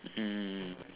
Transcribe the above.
mm